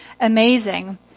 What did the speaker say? amazing